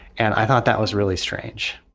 and i thought that was really strange